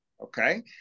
Okay